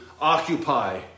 occupy